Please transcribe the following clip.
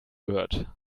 gehört